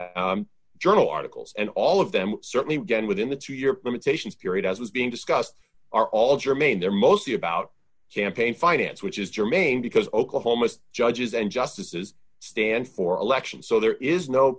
association journal articles and all of them certainly again within the two your limitations period as was being discussed are all germane they're mostly about campaign finance which is germane because oklahoma's judges and justices stand for election so there is no